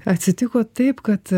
atsitiko taip kad